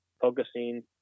focusing